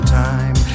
time